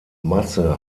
masse